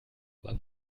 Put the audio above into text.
aber